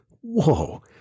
whoa